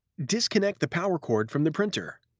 disconnect the power cord from the printer.